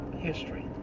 history